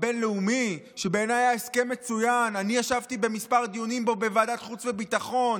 אני לגמרי מכבד את השר דיכטר.